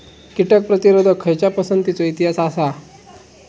कीटक प्रतिरोधक खयच्या पसंतीचो इतिहास आसा?